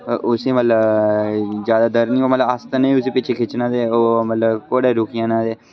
उस्सी मतलब ज्यादा दर्द नेईं होऐ मतलब अस होइयै उस्सी पिच्छै खिच्चना ते ओह् मतलब घोड़ा रुकी जाना ते